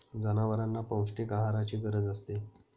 जनावरांना पौष्टिक आहाराची गरज असते